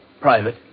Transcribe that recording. Private